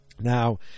Now